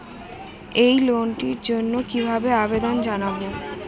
এই লোনটির জন্য কিভাবে আবেদন জানাবো?